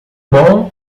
bom